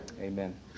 Amen